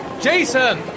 Jason